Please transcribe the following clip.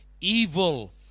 evil